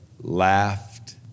laughed